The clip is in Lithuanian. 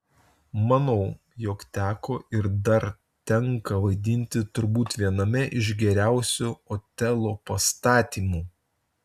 manau jog teko ir dar tenka vaidinti turbūt viename iš geriausių otelo pastatymų